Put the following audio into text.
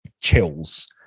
chills